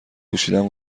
پوشیدن